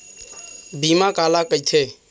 बीमा काला कइथे?